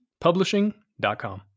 publishing.com